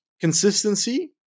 consistency